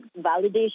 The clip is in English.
validation